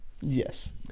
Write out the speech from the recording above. yes